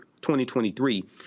2023